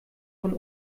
von